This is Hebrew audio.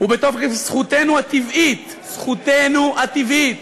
ובתוקף זכותנו הטבעית" זכותנו הטבעית,